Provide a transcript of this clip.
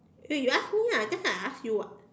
then you ask me ah just now I ask you [what]